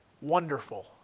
Wonderful